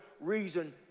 reason